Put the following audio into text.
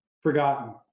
forgotten